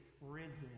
risen